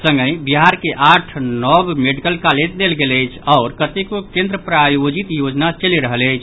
संगहि बिहार के आठ नव मेडिकल कॉलेज देल गेल अछि आओर कतेको केंद्र प्रायोजित योजना चलि रहल अछि